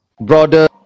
Broader